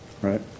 right